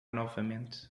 novamente